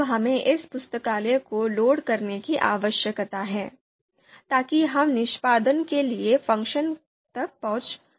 अब हमें इस पुस्तकालय को लोड करने की आवश्यकता है ताकि हम निष्पादन के लिए फ़ंक्शन तक पहुंच सकें